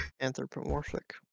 Anthropomorphic